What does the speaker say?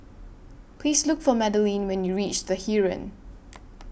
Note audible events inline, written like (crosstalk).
Please Look For Madelene when YOU REACH The Heeren (noise)